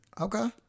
Okay